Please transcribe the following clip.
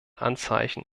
anzeichen